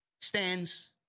stands